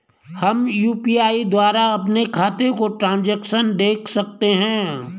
हम यु.पी.आई द्वारा अपने खातों का ट्रैन्ज़ैक्शन देख सकते हैं?